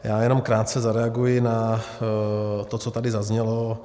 Já jenom krátce zareaguji na to, co tady zaznělo.